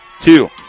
two